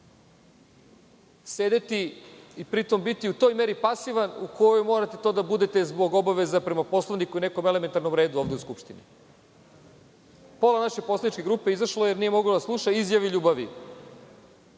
sedeti i pritom biti u toj meri pasivan u kojoj morate da budete zbog obaveza prema Poslovniku i nekom elementarnom redu ovde u Skupštini. Pola naše poslaničke grupe izašlo je, jer nije moglo da sluša izjave ljubavi,